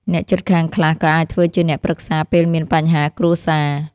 អ្នកជិតខាងខ្លះក៏អាចធ្វើជាអ្នកប្រឹក្សាពេលមានបញ្ហាគ្រួសារ។